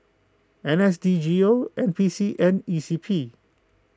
N S D G O N P C and E C P